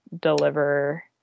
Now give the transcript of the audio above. deliver